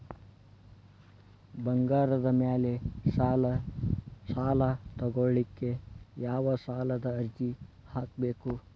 ಬಂಗಾರದ ಮ್ಯಾಲೆ ಸಾಲಾ ತಗೋಳಿಕ್ಕೆ ಯಾವ ಸಾಲದ ಅರ್ಜಿ ಹಾಕ್ಬೇಕು?